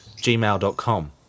gmail.com